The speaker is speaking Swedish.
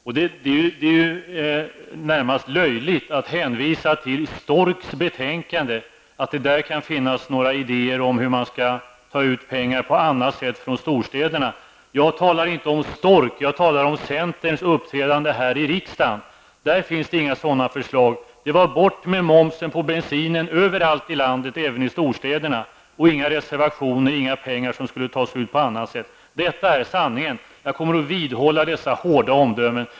Det är närmast löjligt att hänvisa till STORKs betänkande och att det där kan finnas några idéer om hur man skall ta ut pengar på annat sätt från storstäderna. Jag talar inte om STORK. Jag talar om centerns uppträdande här i riksdagen. Där finns det inga sådana förslag. Det gällde att momsen på bensin skulle tas bort över hela landet, även i storstäderna. Det fanns inga reservationer, och pengar skulle inte tas ut på något annat sätt. Detta är sanningen. Jag kommer att vidhålla dessa hårda omdömen.